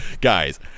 guys